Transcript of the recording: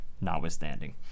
notwithstanding